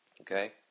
Okay